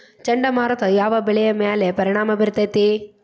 ಚಂಡಮಾರುತ ಯಾವ್ ಬೆಳಿ ಮ್ಯಾಲ್ ಪರಿಣಾಮ ಬಿರತೇತಿ?